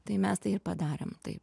tai mes tai ir padarėm taip